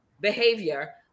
behavior